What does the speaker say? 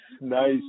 nice